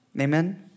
Amen